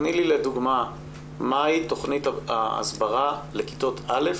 תני לי לדוגמה מהי תכנית ההסברה לכיתות א'